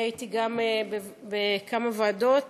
אני הייתי בכמה ועדות,